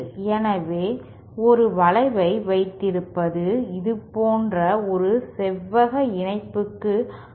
எனவே ஒரு வளைவை வைத்திருப்பது இது போன்ற ஒரு செவ்வக இணைப்புக்கு அடுத்ததாக இருக்கலாம்